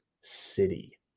city